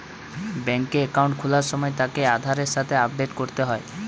বেংকে একাউন্ট খোলার সময় তাকে আধারের সাথে আপডেট করতে হয়